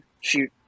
shoot